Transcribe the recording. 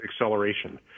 acceleration